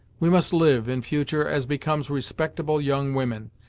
we must live, in future, as becomes respectable young women,